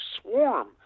swarm